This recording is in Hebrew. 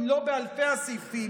אם לא באלפי הסעיפים,